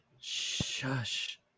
Shush